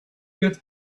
get